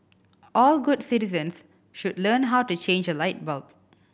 all good citizens should learn how to change a light bulb